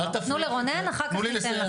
תנו לרונן אחרי זה ניתן לכם.